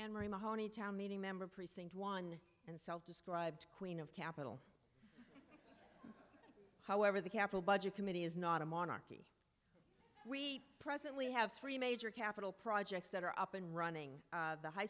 mahoney town meeting member precinct one and self described queen of capital however the capital budget committee is not a monarchy we presently have three major capital projects that are up and running the high